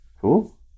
Cool